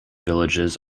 villages